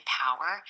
power